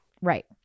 Right